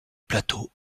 plateau